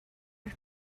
are